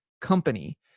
company